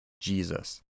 Jesus